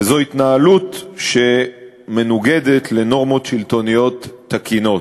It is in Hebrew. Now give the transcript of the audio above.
וזו התנהלות שמנוגדת לנורמות שלטוניות תקינות.